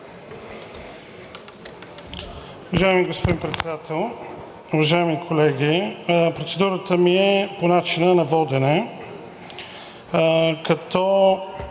Уважаеми господин Председател, уважаеми колеги! Процедурата ми е по начина на водене.